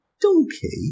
donkey